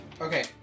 Okay